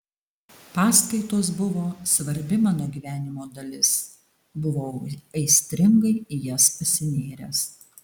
paskaitos buvo svarbi mano gyvenimo dalis buvau aistringai į jas pasinėręs